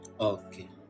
okay